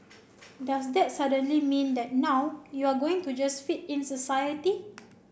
does that suddenly mean that now you're going to just fit in society